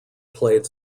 played